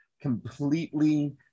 completely